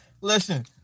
Listen